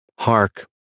Hark